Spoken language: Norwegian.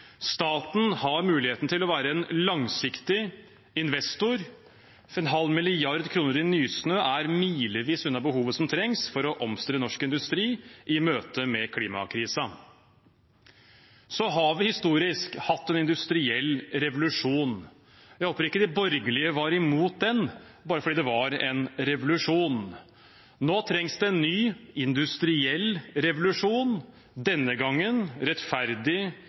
Staten har muligheten til å være en langsiktig investor, for en halv milliard kroner i Nysnø er milevis unna det som trengs for å omstille norsk industri i møte med klimakrisen. Historisk har vi hatt en industriell revolusjon. Jeg håper ikke de borgerlige var imot den, bare fordi det var en revolusjon. Nå trengs det en ny industriell revolusjon, denne gangen rettferdig